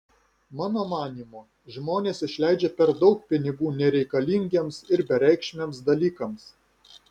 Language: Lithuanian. mano manymu žmonės išleidžia per daug pinigų nereikalingiems ir bereikšmiams dalykams